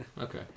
Okay